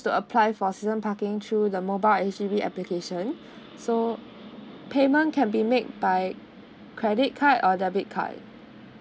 to apply for season parking through the mobile H_D_B application so payment can be made by credit card or debit card